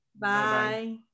Bye